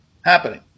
happening